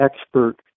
expert